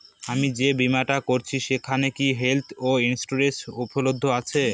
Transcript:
আমি যে বীমাটা করছি সেইখানে কি হেল্থ ইন্সুরেন্স উপলব্ধ আছে?